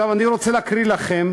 אני רוצה להקריא לכם